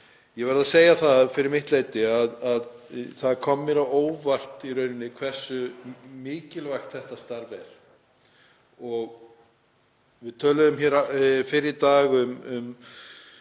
ég verð að segja það fyrir mitt leyti að það kom mér á óvart í rauninni hversu mikilvægt þetta starf. Við töluðum hér fyrr í dag um